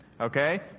Okay